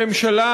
הממשלה,